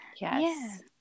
Yes